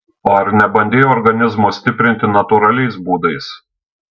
o ar nebandei organizmo stiprinti natūraliais būdais